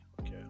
okay